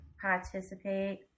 participate